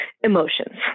emotions